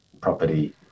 property